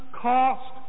cost